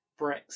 Brexit